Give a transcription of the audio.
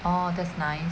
oh that's nice